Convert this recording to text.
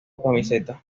camiseta